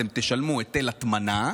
אתם תשלמו היטל הטמנה,